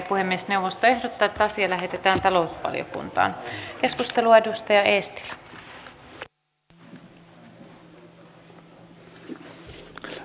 puhemiesneuvosto ehdottaa että asia lähetetään talousvaliokuntaan